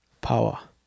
Power